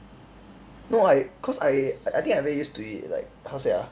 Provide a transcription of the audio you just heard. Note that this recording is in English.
no I cause I I think I very used to it like how to say ah